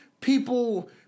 people